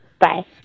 bye